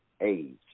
age